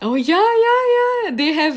oh ya ya ya they have